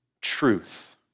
truth